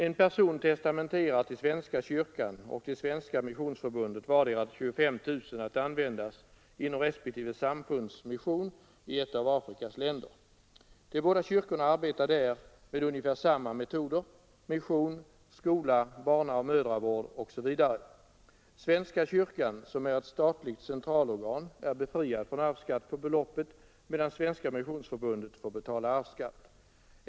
En person testamenterar till svenska kyrkan och till Svenska missionsförbundet vardera 25 000 kronor att användas inom respektive samfunds mission i ett av Afrikas länder. De båda kyrkorna arbetar där med ungefär samma metoder: mission, skola, barnaoch mödravård osv. Svenska kyrkan, som är ett statligt centralorgan, är befriad från arvsskatt på beloppet, medan Svenska missionsförbundet får betala arvsskatt.